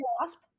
Wasp